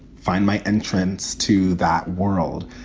find my entrance to that world.